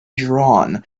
drawn